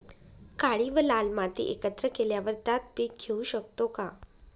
काळी व लाल माती एकत्र केल्यावर त्यात पीक घेऊ शकतो का?